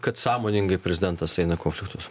kad sąmoningai prezidentas eina konfliktus